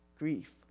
Grief